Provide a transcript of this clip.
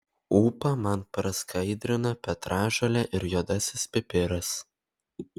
ūpą man praskaidrina petražolė ir juodasis pipiras